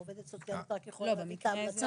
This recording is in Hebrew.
עובדת סוציאלית רק יכולה להביא את ההמלצה.